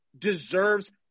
deserves